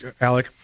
Alec